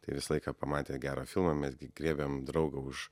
tai visą laiką pamatę gerą filmą mes gi griebėm draugą už